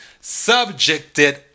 subjected